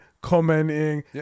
commenting